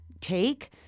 take